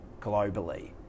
globally